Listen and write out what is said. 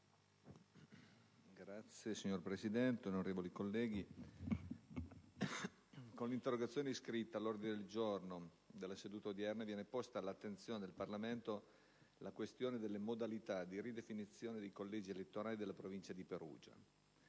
Signor Presidente, onorevoli colleghi, con l'interrogazione iscritta all'ordine del giorno della seduta odierna viene posta all'attenzione del Parlamento la questione delle modalità di ridefinizione dei collegi elettorali della Provincia di Perugia.